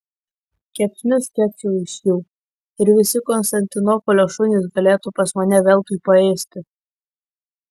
kepsnius kepčiau iš jų ir visi konstantinopolio šunys galėtų pas mane veltui paėsti